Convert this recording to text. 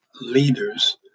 leaders